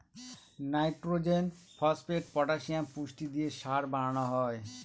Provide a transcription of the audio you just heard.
nitrogen, phosphate, potassium পুষ্টি দিয়ে সার বানানো হয়